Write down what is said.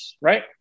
right